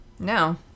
no